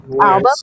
album